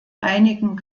einigen